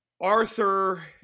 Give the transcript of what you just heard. Arthur